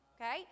Okay